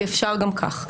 כי אפשר גם כך.